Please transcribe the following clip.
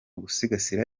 gusigasira